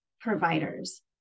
providers